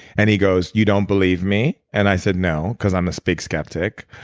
and he goes, you don't believe me. and i said no because i'm a speak skeptic.